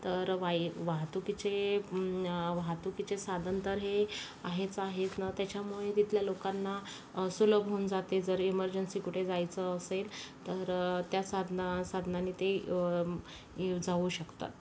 तर वाय वाहतुकीचे वाहतुकीचे साधन तर हे आहेच आहेत ना त्याच्यामुळे तिथल्या लोकांना सुलभ होऊन जाते जर इमरजेंसी कुठं जायचं असेल तर त्या साधना साधनांनी ते जाऊ शकतात